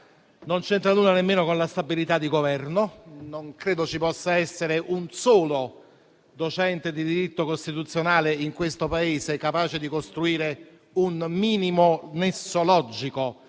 non c'entra nulla nemmeno con la stabilità di governo. Non credo ci possa essere un solo docente di diritto costituzionale in questo Paese capace di costruire un minimo nesso logico